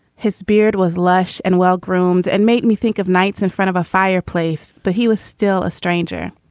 his beard was lush and well-groomed and made me think of knights in front of a fireplace. but he was still a stranger.